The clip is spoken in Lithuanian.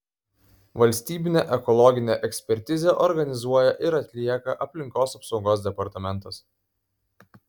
valstybinę ekologinę ekspertizę organizuoja ir atlieka aplinkos apsaugos departamentas